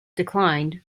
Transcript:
declined